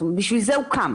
לשם כך הוא קם